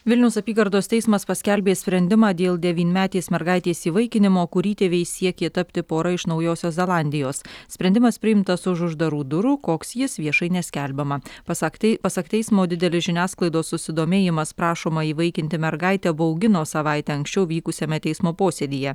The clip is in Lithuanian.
vilniaus apygardos teismas paskelbė sprendimą dėl devynmetės mergaitės įvaikinimo kur įtėviais siekė tapti pora iš naujosios zelandijos sprendimas priimtas už uždarų durų koks jis viešai neskelbiama pasak tei pasak teismo didelis žiniasklaidos susidomėjimas prašomą įvaikinti mergaitę baugino savaite anksčiau vykusiame teismo posėdyje